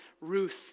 Ruth